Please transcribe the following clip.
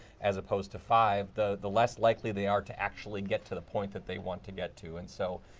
as opposed to five, the the less likely they are to actually get to the point that they want to get to. and so,